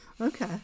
Okay